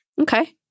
Okay